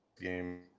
Game